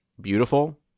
Beautiful